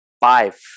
Five